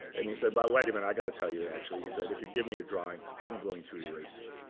and he said, but wait a minute, i got to tell you, actually. he said, if you give me your drawing, i'm going to erase it.